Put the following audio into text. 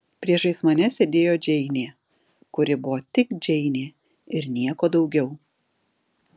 priešais mane sėdėjo džeinė kuri buvo tik džeinė ir nieko daugiau